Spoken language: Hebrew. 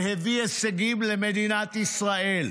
והביא הישגים למדינת ישראל.